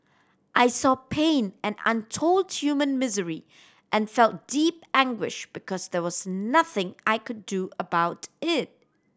I saw pain and untold human misery and felt deep anguish because there was nothing I could do about it